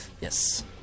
Yes